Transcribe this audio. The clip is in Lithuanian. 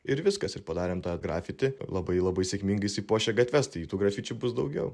ir viskas ir padarėm tą grafiti labai labai sėkmingai išsipuošę gatves tai tų grafičių bus daugiau